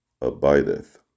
abideth